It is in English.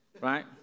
right